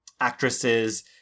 actresses